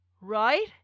right